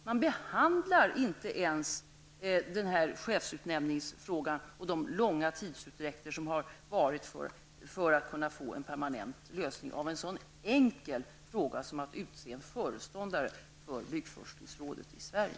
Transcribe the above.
Man behandlar inte ens den chefsutnämningsfrågan och de långa tidsutdräkter som har skett när det gällt att få till stånd en permanent lösning på en så enkel fråga som att utse en föreståndare för byggforskningsrådet i Sverige.